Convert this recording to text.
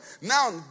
Now